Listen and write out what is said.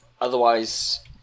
Otherwise